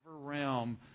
...realm